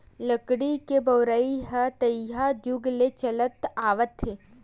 लकड़ी के बउरइ ह तइहा जुग ले चलत आवत हे